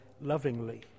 lovingly